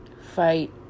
fight